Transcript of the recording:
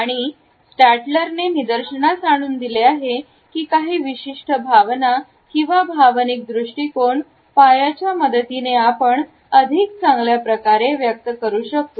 आणि स्टॅल्टरने निदर्शनास आणून दिले आहे की काही विशिष्ट भावना किंवा भावनिक दृष्टीकोण पायांच्या मदतीने आपण अधिक चांगल्या प्रकारे व्यक्त करू शकतो